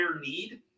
need